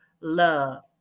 love